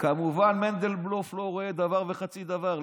כמובן, מנדלבלוף לא רואה דבר וחצי דבר.